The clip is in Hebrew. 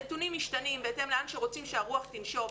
הנתונים משתנים בהתאם לאן שרוצים שהרוח תנשב,